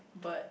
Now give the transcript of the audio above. but